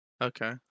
Okay